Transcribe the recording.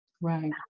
right